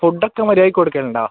food ഒക്കെ മര്യാദയ്ക്ക് കൊടുക്കലുണ്ടോ